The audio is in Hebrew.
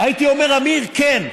הייתי אומר: עמיר, כן.